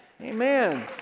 Amen